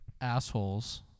assholes